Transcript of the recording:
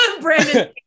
Brandon